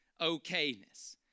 okayness